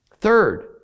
Third